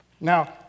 Now